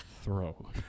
throw